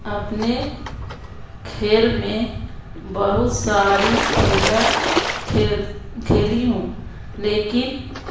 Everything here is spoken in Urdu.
اپنے کھیل میں بہت ساری کھیلایں کھیل کھیلی ہوں لیکن